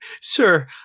sir